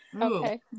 Okay